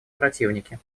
противники